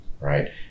right